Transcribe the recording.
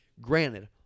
granted